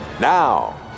Now